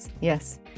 yes